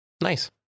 nice